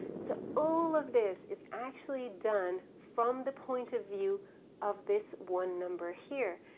so all of this is actually done from the point of view of this one number here.